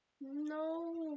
No